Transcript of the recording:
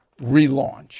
relaunch